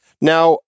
Now